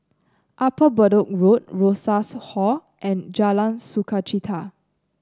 Upper Bedok Road Rosas Hall and Jalan Sukachita